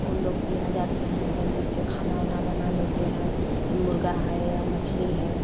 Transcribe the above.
उन लोग भी आ जाते हैं जल्दी से खाना ओना बना लेते हैं मुर्गा है या मछली है